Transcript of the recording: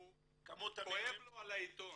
כואב לו על העיתון.